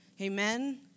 Amen